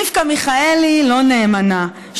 רבקה מיכאלי לא נאמנה,